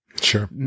sure